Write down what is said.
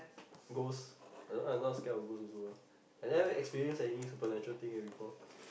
ghost no lah I not scared of ghost also lah I never experience any supernatural thing yet before